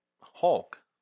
Hulk